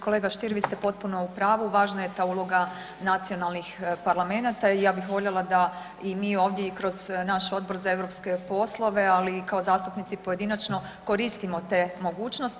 Kolega Stier vi ste potpuno u pravu, važna je ta uloga nacionalnih parlamenata i ja bih voljela da i mi ovdje i kroz naš Odbor za europske poslove, ali i kao zastupnici pojedinačno koristimo te mogućnosti.